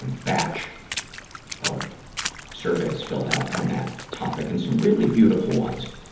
and batch of surveys filled out on that topic. and some really beautiful ones.